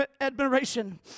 admiration